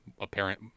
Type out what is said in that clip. apparent